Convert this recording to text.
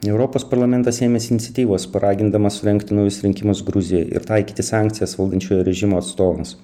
europos parlamentas ėmėsi iniciatyvos paragindamas surengti naujus rinkimus gruzijoj ir taikyti sankcijas valdančiojo režimo atstovams